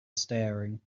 staring